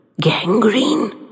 Gangrene